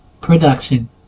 production